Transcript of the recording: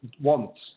wants